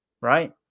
right